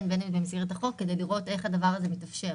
במסגרת החוק כדי לראות איך הדבר הזה מתאפשר,